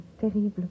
terrible